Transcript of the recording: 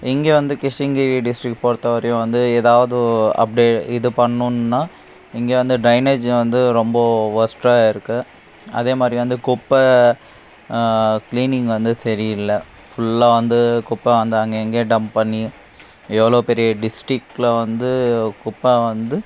இங்கே வந்து கிருஷ்ணகிரி டிஸ்ட்ரிக்ட் பொறுத்த வரையும் வந்து எதாவது அப்டே இது பண்ணுன்னா இங்கே வந்து டிரைனேஜு வந்து ரொம்ப ஒர்ஸ்ட்டாக இருக்குது அதே மாதிரி வந்து குப்பை கிளீனிங் வந்து சரியில்ல ஃபுல்லாக வந்து குப்பை வந்து அங்கே இங்கே டம்ப் பண்ணி எவ்வளோ பெரிய டிஸ்ட்ரிக்கில் வந்து குப்பை வந்து